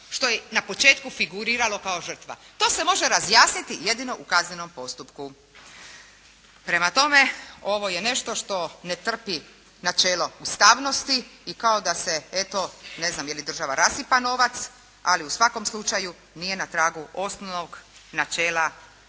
što ju na početku figuriralo kao žrtva. To se može razjasniti jedino u kaznenom postupku. Prema tome, ovo je nešto što ne trpi načelo ustavnosti i kao da se eto je li država rasipa novac, ali u svakom slučaju nije na tragu osnovnog načela krivnje i